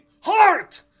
Heart